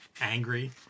Angry